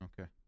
okay